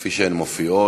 כפי שהן מופיעות.